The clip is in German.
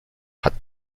hat